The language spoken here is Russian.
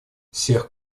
всех